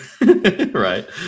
Right